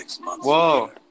Whoa